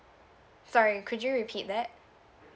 sorry could you repeat that